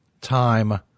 Time